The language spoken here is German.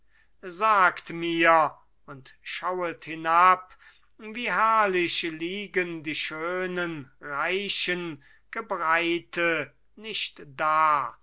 sagt mir und schauet hinab wie herrlich liegen die schönen reichen gebreite nicht da